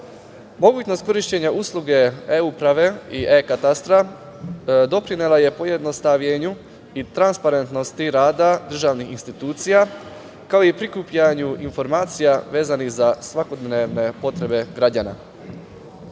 Mogućnost korišćenja usluge e-uprave i e-katastra doprinela je pojednostavljenju i transparentnosti rada državnih institucija, kao i prikupljanju informacija vezanih za svakodnevne potrebe građana. Iako